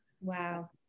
Wow